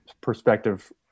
perspective